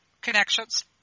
connections